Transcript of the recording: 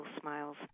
smiles